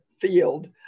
field